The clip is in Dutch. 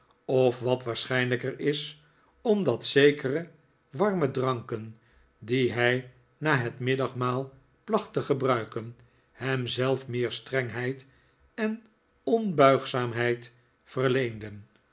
of wat waarschijnlijker is omdat zekere warme dranken die hij na het middagmaal placht te gebruiken hem zelf meer strengheid en onbuigzaamheid verleenden